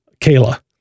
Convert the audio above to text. Kayla